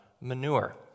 manure